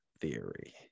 Theory